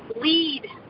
Lead